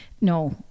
No